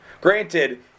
Granted